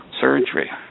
surgery